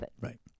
Right